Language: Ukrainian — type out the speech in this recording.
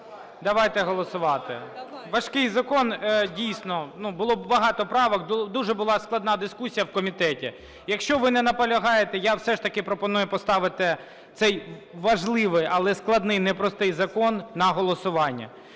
Давайте голосувати. Важкий закон дійсно, ну, було багато правок, дуже була складна дискусія в комітеті. Якщо ви не наполягаєте, я все ж таки пропоную поставити цей важливий, але складний, непростий закон на голосування.